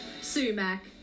Sumac